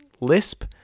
LISP